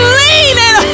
leaning